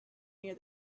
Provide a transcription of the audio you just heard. near